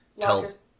tells